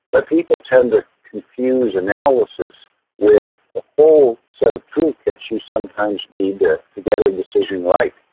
but people tend to confuse analysis with a whole set of toolkits you sometimes need to to get a and decision right.